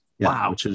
Wow